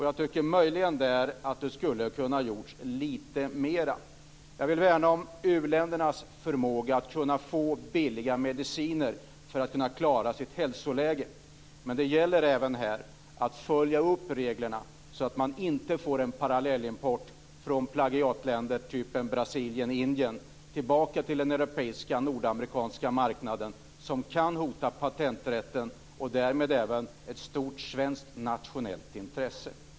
Jag tycker möjligen att man i det sammanhanget skulle ha kunnat göra lite mera. Jag vill värna om u-ländernas möjligheter att få billiga mediciner för att klara sitt hälsoläge, men det gäller att följa upp reglerna, så att man inte får en parallellimport från plagiatländer av typen Brasilien och Indien tillbaka till den europeiska och den nordamerikanska marknaden som kan hota patenträtten och därmed även ett stort svenskt nationellt intresse.